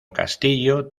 castillo